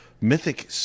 mythic